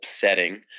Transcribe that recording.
setting